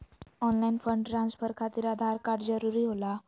Online fund transfer खातिर Aadhaar card जरूरी होला?